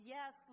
Yes